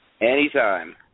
Anytime